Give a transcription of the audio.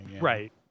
right